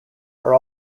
are